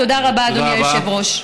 תודה רבה, אדוני היושב-ראש.